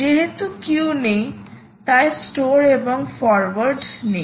যেহেতু কিউ নেই তাই স্টোর এবং ফরোয়ার্ড নেই